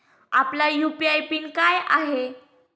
आपला UPI PIN काय आहे?